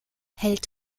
hält